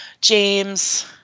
James